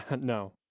No